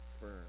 firm